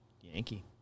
Yankee